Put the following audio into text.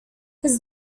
his